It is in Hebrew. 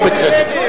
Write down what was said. ובצדק.